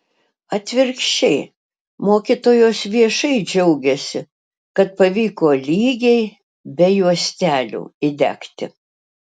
atvirkščiai mokytojos viešai džiaugiasi kad pavyko lygiai be juostelių įdegti